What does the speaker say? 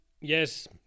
yes